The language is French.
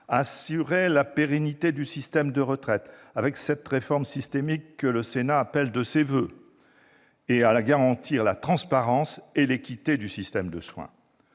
à assurer la pérennité du système de retraite, grâce à la réforme systémique que le Sénat appelle de ses voeux, et à garantir la transparence et l'équité du système de soins.